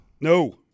no